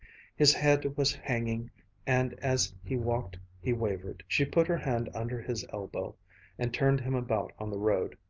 his head was hanging and as he walked he wavered. she put her hand under his elbow and turned him about on the road.